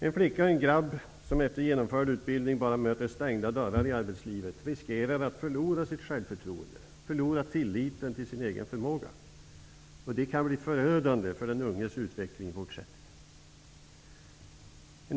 En flicka och en grabb som efter genomförd utbildning bara möter stängda dörrar i arbetslivet riskerar att förlora sitt självförtroende, förlora tilliten till sin egen förmåga, och det kan bli förödande för de ungas utveckling i fortsättningen.